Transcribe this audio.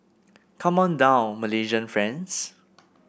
come on down Malaysian friends